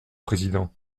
président